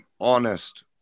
honest